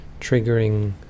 triggering